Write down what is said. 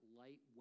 light